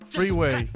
Freeway